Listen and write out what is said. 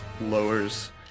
lowers